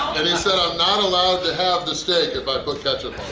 and he said i'm not allowed to have the steak if i put ketchup